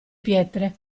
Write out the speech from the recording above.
pietre